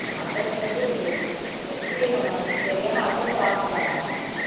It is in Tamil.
அட்ரஸ் வந்து ஸ்ரீவைகுண்டம் ஏரியா நான் அட்ரஸை வாட்ஸ்ஆப்பில் அனுப்புகிறேன் உங்களுக்கு